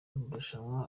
marushanwa